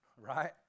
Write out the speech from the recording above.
right